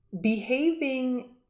behaving